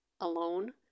alone